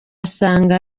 asanga